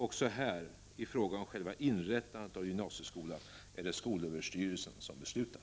Också här — i fråga om själva inrättandet av gymnasieskola — är det SÖ som beslutar.